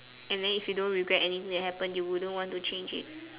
and then if you don't regret anything that happen you wouldn't want to change it